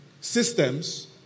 systems